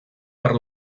per